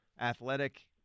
athletic